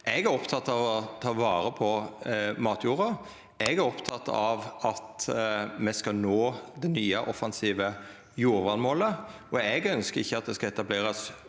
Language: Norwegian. Eg er oppteken av å ta vare på matjorda, eg er oppteken av at me skal nå det nye, offensive jordvernmålet. Eg ønskjer ikkje at det skal etablerast